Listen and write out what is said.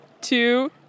two